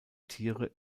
tiere